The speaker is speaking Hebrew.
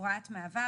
הוראת מעבר.